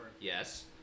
Yes